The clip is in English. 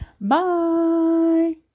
bye